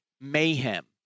mayhem